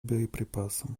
боеприпасам